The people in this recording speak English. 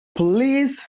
police